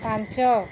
ପାଞ୍ଚ